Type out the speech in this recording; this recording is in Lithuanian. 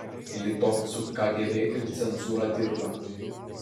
litovcų kgb ir cenzūra dirba